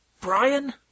Brian